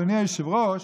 אדוני היושב-ראש,